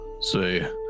say